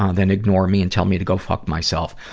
ah then ignore me and tell me to go fuck myself.